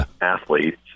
athletes